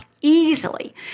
easily